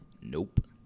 Nope